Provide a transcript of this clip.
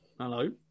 Hello